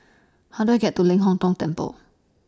How Do I get to Ling Hong Tong Temple